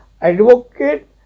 Advocate